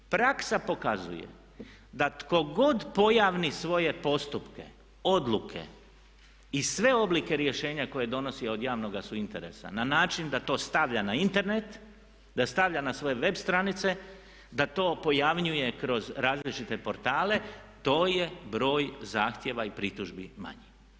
Praksa pokazuje da tko god pojavni svoje postupke, odluke i sve oblike rješenja koje donosi od javnoga su interesa na način da to stavlja na Internet, da stavlja na svoje web stranice, da to pojavljuje kroz različite portale, to je broj zahtjeva i pritužbi manji.